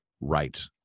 right